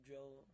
Joe